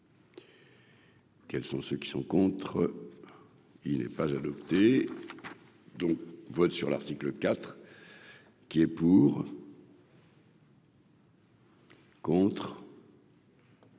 Quels sont ceux qui sont contre, il n'est pas adopté donc vote sur l'article IV qui est pour. Contre.